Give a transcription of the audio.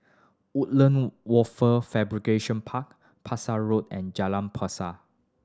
Woodland Wafer Fabrication Park Pasak Road and Jalan Pasa